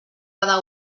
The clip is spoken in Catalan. cada